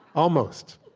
almost.